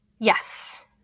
Yes